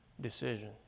decision